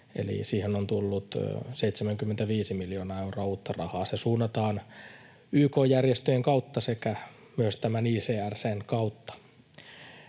ja siihen on tullut 75 miljoonaa euroa uutta rahaa. Se suunnataan YK-järjestöjen kautta sekä myös tämän ICRC:n kautta.